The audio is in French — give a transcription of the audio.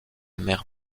mer